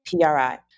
PRI